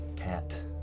Cat